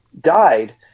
died